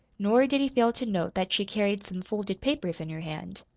nor did he fail to note that she carried some folded papers in her hand.